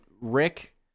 Rick